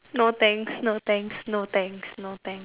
no thanks no thanks no thanks no thanks